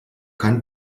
kein